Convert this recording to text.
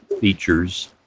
features